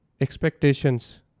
expectations